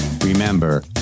remember